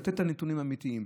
לתת את הנתונים האמיתיים,